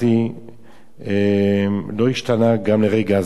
לא השתנה גם עד לרגע זה אלא אדרבה,